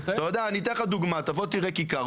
אני אתן לך דוגמה: תבוא ותראה כיכר,